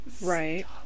Right